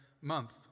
month